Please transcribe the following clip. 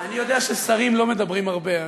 אני יודע ששרים לא מדברים הרבה,